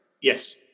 Yes